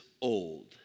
old